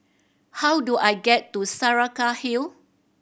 how do I get to Saraca Hill